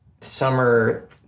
summer